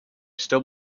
still